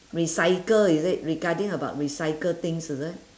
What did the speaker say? recycle is it regarding about recycle things is it